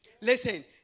Listen